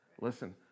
Listen